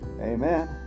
Amen